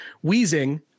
wheezing